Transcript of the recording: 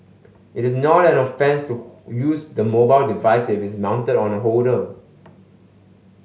it is not an offence to use the mobile device if it is mounted on a holder